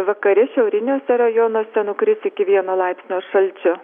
vakare šiauriniuose rajonuose nukris iki vieno laipsnio šalčio